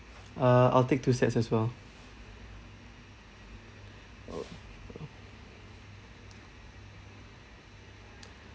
uh I'll take two sets as well